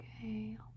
Okay